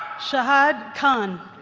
shahid khan